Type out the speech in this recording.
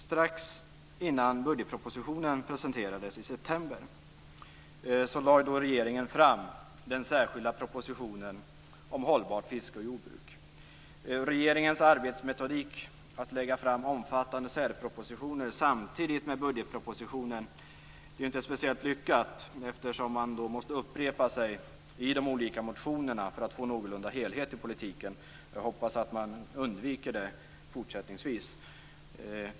Strax innan budgetpropositionen presenterades i september lade regeringen fram den särskilda propositionen om hållbart fiske och jordbruk. Regeringens arbetsmetodik att lägga fram omfattande särpropositioner samtidigt med budgetpropositionen är inte speciellt lyckat, eftersom man måste upprepa sig i de olika motionerna för att få någorlunda helhet i politiken. Jag hoppas att man undviker det i fortsättningen.